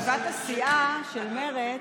בישיבת הסיעה של מרצ,